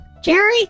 Jerry